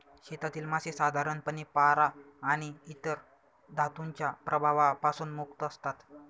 शेतातील मासे साधारणपणे पारा आणि इतर धातूंच्या प्रभावापासून मुक्त असतात